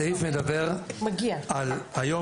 היום